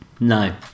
No